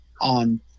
on